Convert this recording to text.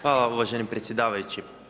Hvala uvaženi predsjedavajući.